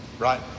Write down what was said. right